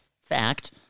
fact